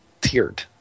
tiered